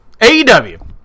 AEW